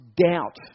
doubt